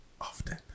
Often